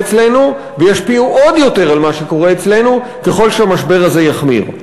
אצלנו וישפיעו עוד יותר על מה שקורה אצלנו ככל שהמשבר הזה יחמיר.